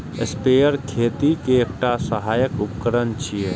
sprayer खेती के एकटा सहायक उपकरण छियै